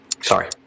Sorry